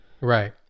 right